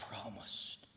promised